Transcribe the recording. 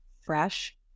fresh